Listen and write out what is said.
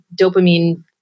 dopamine